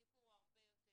הסיפור הוא הרבה יותר.